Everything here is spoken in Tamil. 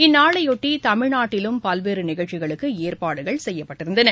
இந்நாளைபொட்டிதமிழ்நாட்டிலும் பல்வேறுநிகழ்ச்சிகளுக்குஏற்பாடுகள் செய்யப்பட்டிருந்தன